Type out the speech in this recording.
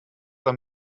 are